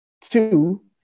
two